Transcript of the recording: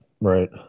Right